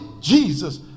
Jesus